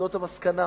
זאת המסקנה.